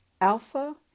Alpha